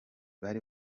bari